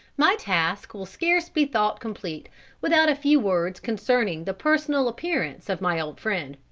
my task will scarce be thought complete without a few words concerning the personal appearance of my old friend